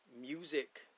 music